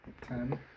Ten